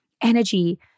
Energy